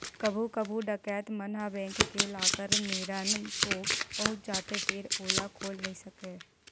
कभू कभू डकैत मन ह बेंक के लाकर मेरन तो पहुंच जाथे फेर ओला खोल नइ सकय